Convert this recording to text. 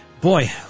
Boy